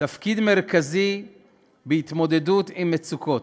תפקיד מרכזי בהתמודדות עם מצוקות,